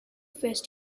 first